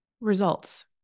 results